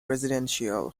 residential